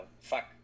fuck